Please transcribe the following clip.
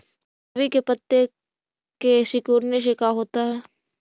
फूल गोभी के पत्ते के सिकुड़ने से का होता है?